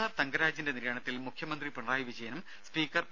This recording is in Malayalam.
ആർ തങ്കരാജിന്റെ നിര്യാണത്തിൽ മുഖ്യമന്ത്രി പിണറായി വിജയനും സ്പീക്കർ പി